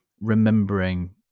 remembering